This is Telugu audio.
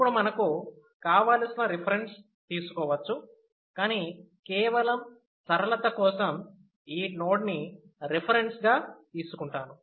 ఇప్పుడు మనకు కావలసిన రిఫరెన్స్ తీసుకోవచ్చు కానీ కేవలం సరళత కోసం ఈ నోడ్ని రిఫరెన్స్ గా తీసుకుంటాను